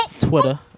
Twitter